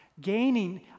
gaining